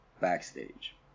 backstage